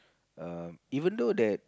uh even though that